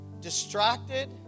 distracted